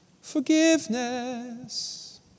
Forgiveness